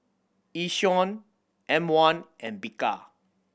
Yishion M One and Bika